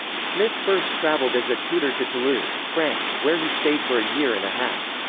smith first travelled as a tutor to toulouse, france, where he stayed for a year and a half.